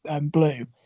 blue